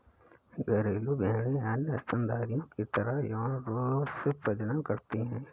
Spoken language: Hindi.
घरेलू भेड़ें अन्य स्तनधारियों की तरह यौन रूप से प्रजनन करती हैं